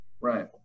Right